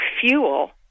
fuel